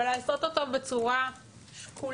אבל לעשות אותו בצורה שקולה